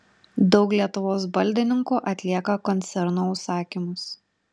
daug lietuvos baldininkų atlieka koncerno užsakymus